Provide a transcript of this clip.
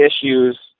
issues